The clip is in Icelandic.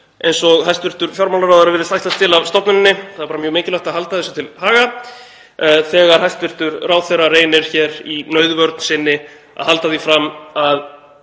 eins og hæstv. fjármálaráðherra virðist ætlast til af stofnuninni. Það er mjög mikilvægt að halda þessu til haga þegar hæstv. ráðherra reynir hér í nauðvörn sinni að halda því fram að